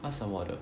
那什么的